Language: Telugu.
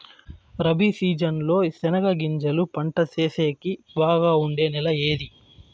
రబి సీజన్ లో చెనగగింజలు పంట సేసేకి బాగా ఉండే నెల ఏది?